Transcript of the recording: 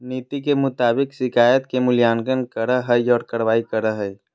नीति के मुताबिक शिकायत के मूल्यांकन करा हइ और कार्रवाई करा हइ